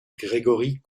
grégory